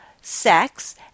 sex